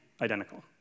identical